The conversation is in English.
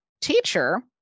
teacher